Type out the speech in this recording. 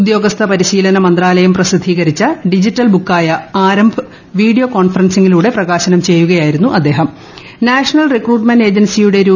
ഉദ്യോഗസ്ഥ പരിശീലന മന്ത്രാലയം പ്രസിദ്ധീകരിച്ച ഡിജിറ്റൽ ബുക്ക് ആയ ആരംഭ് വീഡിയോ കോൺഫറൻസിംഗിലൂടെ പ്രകാശനം ചെയ്യുകയായിരുന്നു നാഷണൽ റിക്രൂട്ട്മെന്റ് ഏജൻസിയുടെ അദ്ദേഹം